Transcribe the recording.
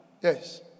Yes